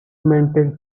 maintain